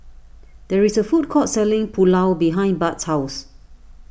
there is a food court selling Pulao behind Bud's house